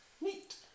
Neat